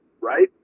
right